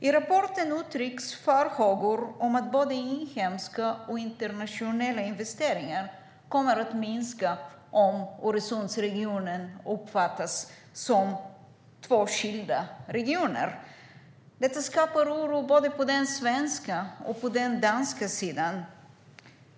I rapporten uttrycks farhågor om att både inhemska och internationella investeringar kommer att minska om Öresundsregionen uppfattas som två skilda regioner. Detta skapar oro på både den svenska och den danska sidan.